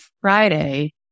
Friday